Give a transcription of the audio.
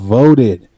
voted